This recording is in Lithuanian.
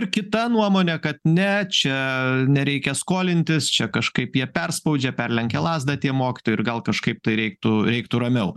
ir kita nuomonė kad ne čia nereikia skolintis čia kažkaip jie perspaudžia perlenkia lazdą tie mokytojai ir gal kažkaip tai reiktų reiktų ramiau